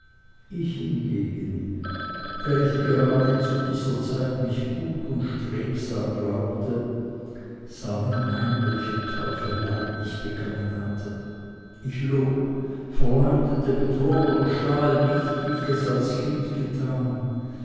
ich hingegen der ich gerade zu dieser zeit mich gut und strebsam glaubte sah nun ein welche teufelei ich begangen hatte ich log verleumdete betrog oder stahl nicht wie ich es als kind getan